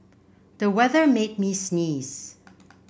the weather made me sneeze